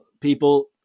people